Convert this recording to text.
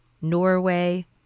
Norway